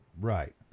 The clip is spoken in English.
Right